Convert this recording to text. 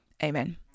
Amen